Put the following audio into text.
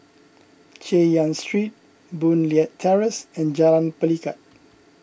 Chay Yan Street Boon Leat Terrace and Jalan Pelikat